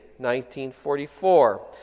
1944